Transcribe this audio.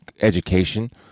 education